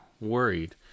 worried